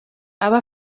aba